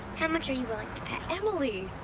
how much are you willing to pay? emily!